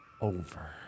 over